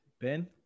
Ben